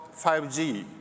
5G